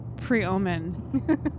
Pre-omen